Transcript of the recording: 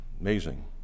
amazing